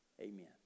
Amen